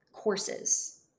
Courses